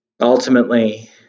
Ultimately